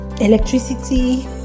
electricity